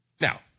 Now